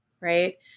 Right